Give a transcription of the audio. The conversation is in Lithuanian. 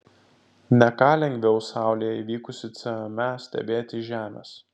ne ką lengviau saulėje įvykusią cme stebėti iš žemės